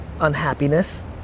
unhappiness